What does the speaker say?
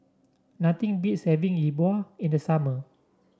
nothing beats having Yi Bua in the summer